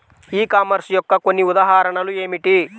ఈ కామర్స్ యొక్క కొన్ని ఉదాహరణలు ఏమిటి?